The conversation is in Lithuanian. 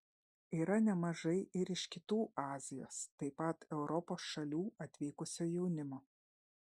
yra nemažai ir iš kitų azijos taip pat europos šalių atvykusio jaunimo